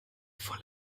voll